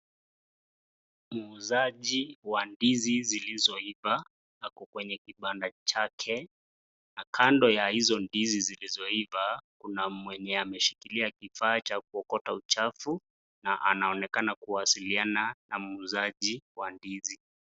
Muuzaji wa ndizi zilizoiva ako kwenye kibanda chake na kando ya hizo ndizi zilizoiva kuna mwenye ameshikilia kifaa cha kuokota uchafu na anaonekana kuwasiliana na muuzaji wa ndizi.